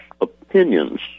opinions